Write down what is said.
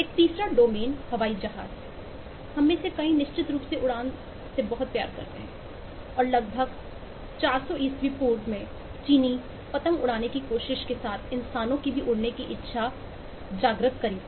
एक तीसरा डोमेन हवाई जहाज़ है हम में से कई निश्चित रूप से उड़ान से प्यार करते है और लगभग 400 ईसा पूर्व में चीनी पतंग उड़ाने की कोशिश के साथ इंसानों की भी उड़ने की इच्छा जागी